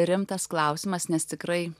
rimtas klausimas nes tikrai